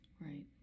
Right